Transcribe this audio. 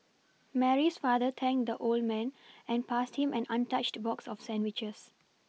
Mary's father thanked the old man and passed him an untouched box of sandwiches